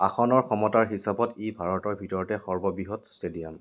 আসনৰ ক্ষমতাৰ হিচাপত ই ভাৰতৰ ভিতৰতে সৰ্ববৃহৎ ষ্টেডিয়াম